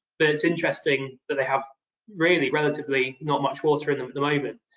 but it's interesting that they have really relatively not much water in them at the moment.